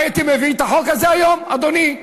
היית מביא את החוק הזה היום, אדוני?